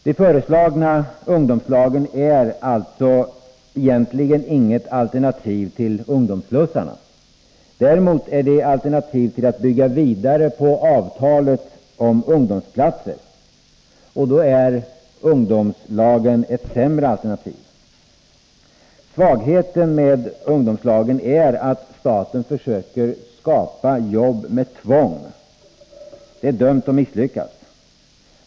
De föreslagna ungdomslagen utgör alltså egentligen inget alternativ till ungdomsslussarna. Däremot är de alternativ till att bygga vidare på avtalet om ungdomsplatser. Och då är ungdomslagen ett sämre alternativ. Svagheten med de s.k. ungdomslagen är att staten försöker skapa jobb med tvång. Det är dömt att misslyckas.